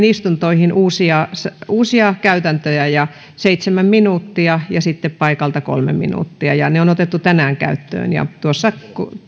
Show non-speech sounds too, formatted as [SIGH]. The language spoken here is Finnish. [UNINTELLIGIBLE] istuntoihin uusia uusia käytäntöjä seitsemän minuuttia ja sitten pakalta kolme minuuttia nämä on otettu tänään käyttöön ja tuossa